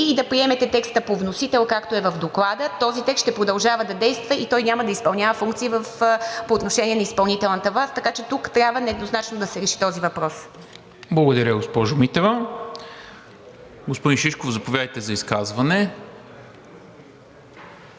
и да приемете текста по вносител, както е в Доклада, този текст ще продължава да действа и той няма да изпълнява функции по отношение на изпълнителната власт, така че тук трябва еднозначно да се реши този въпрос. ПРЕДСЕДАТЕЛ НИКОЛА МИНЧЕВ: Благодаря, госпожо Митева. Господин Шишков, заповядайте за изказване.